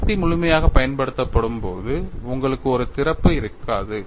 சக்தி முழுமையாகப் பயன்படுத்தப்படும் போது உங்களுக்கு ஒரு திறப்பு இருக்காது